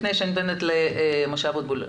לפני שח"כ משה אבוטבול ידבר,